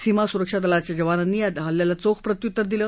सीमासुरक्षा दलाच्या जवानांनी या हल्ल्याला चोख प्रत्यूतर दिलं